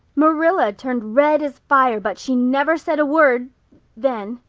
marilla turned red as fire but she never said a word then.